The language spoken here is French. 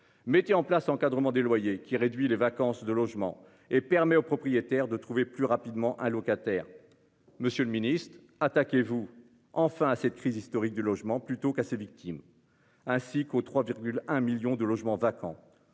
mettez en place, encadrement des loyers qui réduit les vacances de logement et permet aux propriétaires de trouver plus rapidement un locataire. Monsieur le Ministre, attaquez vous enfin à cette crise historique du logement plutôt qu'à ses victimes. Ainsi qu'aux 3,1 millions de logements vacants.